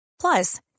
Plus